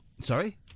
Sorry